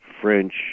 French